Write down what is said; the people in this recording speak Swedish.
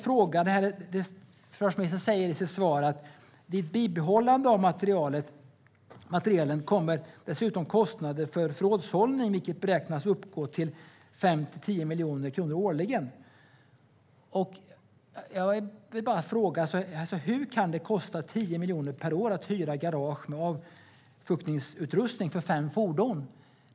Försvarsministern säger i sitt svar att vid ett bibehållande av materielen tillkommer dessutom kostnader för förrådshållning, vilket beräknas uppgå till 5-10 miljoner kronor årligen. Min fråga är: Hur kan det kosta 10 miljoner per år att hyra garage med avfuktningsutrustning för fem fordon?